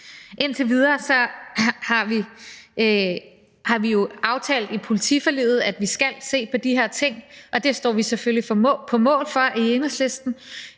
Indtil videre har vi jo aftalt i politiforliget, at vi skal se på de her ting, og det står vi selvfølgelig på mål for i Enhedslisten.